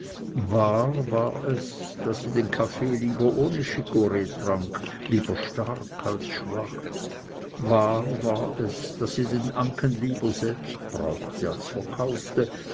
wahr war es daß sie den kaffee lieber ohne schiggore trank lieber stark als schwach wahr war es daß sie den anken lieber selbst brauchte als verkaufte